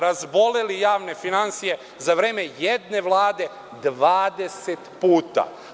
Razboleli javne finansije za vreme jedne vlade 20 puta.